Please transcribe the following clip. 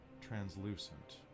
translucent